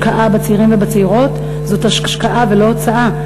השקעה בצעירים וצעירות זאת השקעה ולא הוצאה,